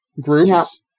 groups